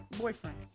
boyfriend